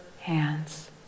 hands